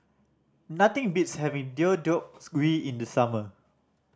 nothing beats having Deodeoks gui in the summer